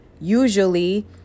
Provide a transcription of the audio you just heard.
usually